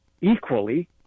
Equally